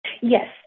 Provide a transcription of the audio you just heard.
Yes